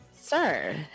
sir